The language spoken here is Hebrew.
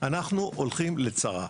אנחנו הולכים לצרה.